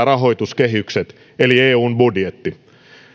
rahoituskehykset eli eun budjetti